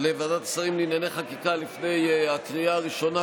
לוועדת שרים לענייני חקיקה לפני הקריאה הראשונה,